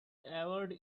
award